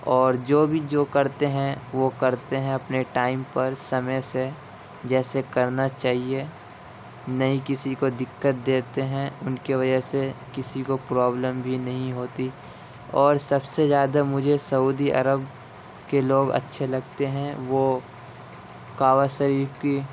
اور جو بھی جو کرتے ہیں وہ کرتے ہیں اپنے ٹائم پر سمے سے جیسے کرنا چاہیے نہ ہی کسی کو دکت دیتے ہیں ان کے وجہ سے کسی کو پرابلم بھی نہیں ہوتی اور سب سے زیادہ مجھے سعودی عرب کے لوگ اچھے لگتے ہیں وہ کعبہ شریف کی